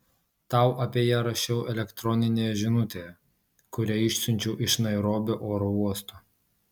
tau apie ją rašiau elektroninėje žinutėje kurią išsiunčiau iš nairobio oro uosto